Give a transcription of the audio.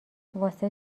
واسه